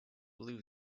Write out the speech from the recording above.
blew